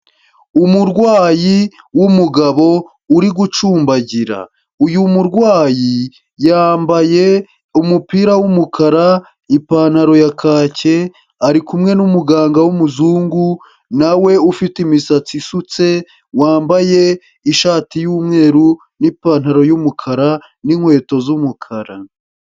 Umurwayi w'umugabo uri gucumbagira, uyu murwayi yambaye umupira w'umukara, ipantaro ya kake, ari kumwe n'umuganga w'umuzungu nawe ufite imisatsi isutse, wambaye ishati y'umweru n'ipantaro y'umukara n'inkweto z'umukara.